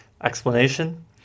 Explanation